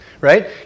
right